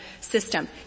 system